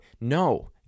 No